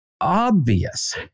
obvious